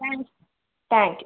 thanks thank you